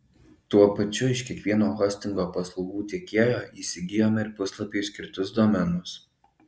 tuo pačiu iš kiekvieno hostingo paslaugų tiekėjo įsigijome ir puslapiui skirtus domenus